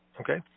Okay